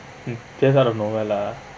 mm just out of nowhere lah